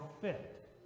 fit